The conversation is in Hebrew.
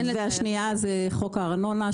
השנייה היא חוק הארנונה,